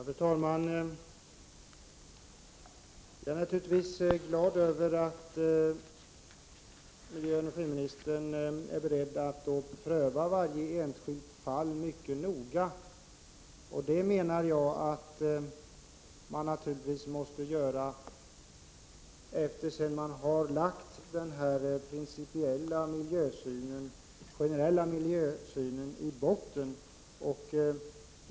Fru talman! Jag är naturligtvis glad över att miljöministern är beredd att pröva varje enskilt fall mycket noga. Det menar jag att man naturligtvis måste göra efter det att man har lagt den principiella, generella miljösynen i botten.